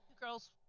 girls